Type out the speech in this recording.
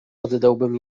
oddałbym